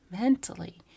mentally